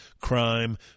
Crime